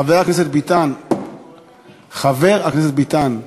חבר הכנסת ביטן, חבר הכנסת ביטן,